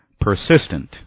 persistent